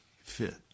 fit